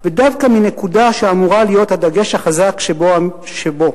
ודווקא מנקודה שאמורה להיות הדגש החזק שבו.